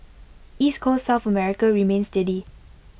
East Coast south America remained steady